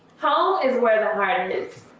home is where the heart is.